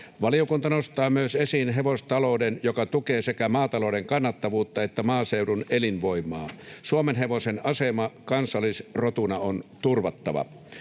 Valiokunta nostaa esiin myös hevostalouden, joka tukee sekä maatalouden kannattavuutta että maaseudun elinvoimaa. Suomenhevosen asema kansallisrotuna on turvattava.